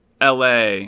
LA